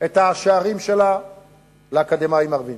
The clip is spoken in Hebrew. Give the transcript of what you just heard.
את השערים שלה לאקדמאים ערבים.